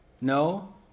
No